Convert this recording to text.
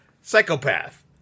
psychopath